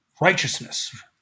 righteousness